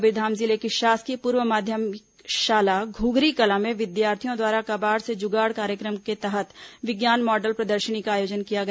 कबीरधाम जिले की शासकीय पूर्व माध्यमिक शाला घुघरी कला में विद्यार्थियों द्वारा कबाड़ से जुगाड़ कार्यक्रम के तहत विज्ञान मॉडल प्रदर्शनी का आयोजन किया गया